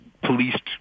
policed